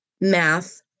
math